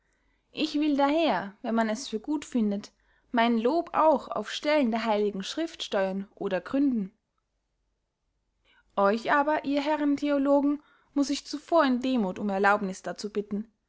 ich will daher wenn man es für gut findet mein lob auch auf stellen der heiligen schrift steuern oder gründen euch aber ihr herren theologen muß ich zuvor in demuth um erlaubniß dazu bitten